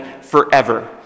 forever